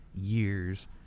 years